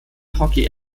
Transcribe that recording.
hockey